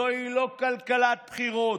זוהי לא כלכלת בחירות,